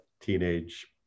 teenage